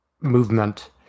movement